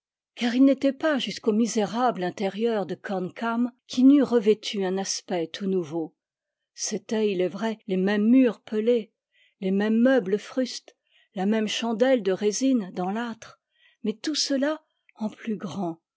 car il n'était pas jusqu'au misérable intérieur de corn cam qui n'eût revêtu un aspect tout nouveau c'étaient il est vrai les mêmes murs pelés les mêmes meubles frustes la même chandelle de résine dans l'âtre mais tout cela en plus grand